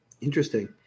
Interesting